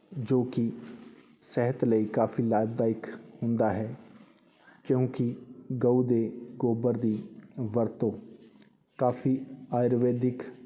ਜੋ ਕਿ ਸਿਹਤ ਲਈ ਕਾਫੀ ਲਾਭਦਾਇਕ ਹੁੰਦਾ ਹੈ ਕਿਉਂਕਿ ਗਊ ਦੇ ਗੋਬਰ ਦੀ ਵਰਤੋਂ ਕਾਫੀ ਆਯੁਰਵੇਦਿਕ